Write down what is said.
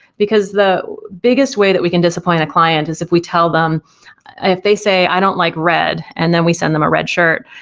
because the biggest way that we can disappoint a client is if we tell them if they say, i don't like red and then we send them a red shirt,